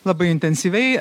labai intensyviai